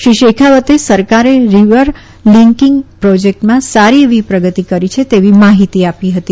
શ્રી શેખાવતે સરકારે river linking પ્રોજેકટમાં સારી એવી પ્રગતી કરી છે તેવી માહિતી આપી હતી